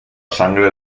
sangre